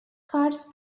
cards